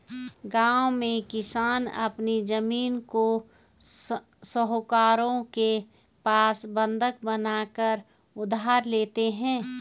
गांव में किसान अपनी जमीन को साहूकारों के पास बंधक बनाकर उधार लेते हैं